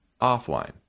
offline